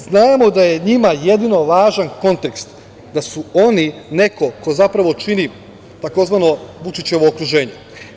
Znamo da je njima jedino važan kontekst, da su oni neko ko zapravo čini tzv. Vučićevo okruženje.